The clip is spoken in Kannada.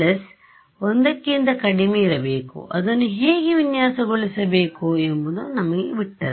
1 ಕ್ಕಿಂತ ಕಡಿಮೆಯಿರಬೇಕು ಅದನ್ನು ಹೇಗೆ ವಿನ್ಯಾಸಗೊಳಿಸಬೇಕು ಎಂಬುದು ನಮಗೆ ಬಿಟ್ಟದ್ದು